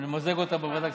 ונמזג את זה בוועדת הכספים.